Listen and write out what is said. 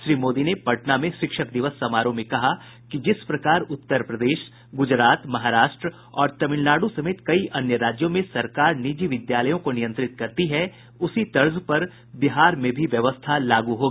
श्री मोदी ने पटना में शिक्षक दिवस समारोह में कहा कि जिस प्रकार उत्तर प्रदेश गुजरात महाराष्ट्र और तमिलनाडू समेत कई अन्य राज्यों में सरकार निजी विद्यालयों को नियंत्रित करती है उसी तर्ज पर बिहार में भी व्यवस्था लागू होगी